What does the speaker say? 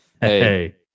Hey